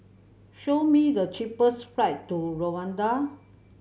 show me the cheapest flight to Rwanda